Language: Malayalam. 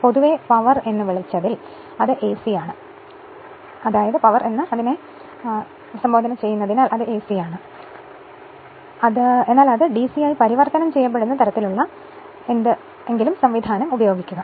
അതിനാൽ പൊതുവെ പവർ എന്ന് വിളിച്ചതിൽ അത് എസി ആണ് എന്നാൽ അത് ഡിസി ആയി പരിവർത്തനം ചെയ്യപ്പെടുന്ന തരത്തിലുള്ള എന്തെങ്കിലും സംവിധാനം ഉപയോഗിക്കുക